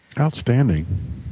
Outstanding